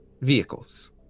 vehicles